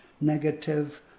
negative